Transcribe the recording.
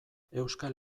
euskal